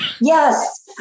Yes